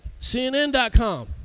CNN.com